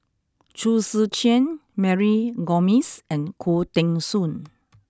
Chong Tze Chien Mary Gomes and Khoo Teng Soon